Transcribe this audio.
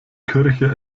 kirche